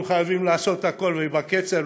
אנחנו חייבים לעשות הכול, ובקצב.